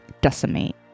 Decimate